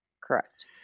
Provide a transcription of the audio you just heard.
Correct